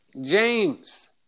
James